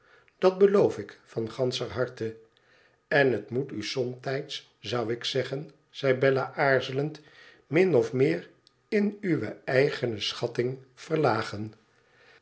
dat beloof ik van ganscher harte n het moet u somtijds zou ik denken zei bella aarzelend min of meer in uwe eigene schatting verlagen